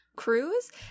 Cruise